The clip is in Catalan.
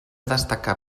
destacar